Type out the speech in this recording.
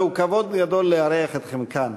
זהו כבוד גדול לארח אתכם כאן.